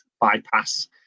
bypass